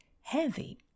heavy